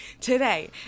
today